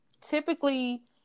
typically